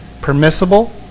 Permissible